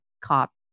cop